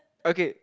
okay